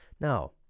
Now